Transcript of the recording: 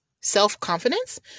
self-confidence